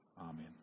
Amen